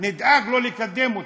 נדאג לא לקדם אותו.